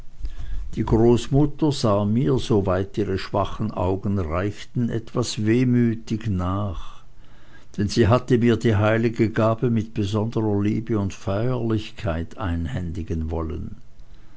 die großmutter sah mir so weit ihre schwachen augen reichten etwas wehmütig nach denn sie hatte mir die heilige gabe mit besonderer liebe und feierlichkeit einhändigen wollen